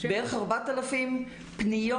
בערך 4,000 פניות,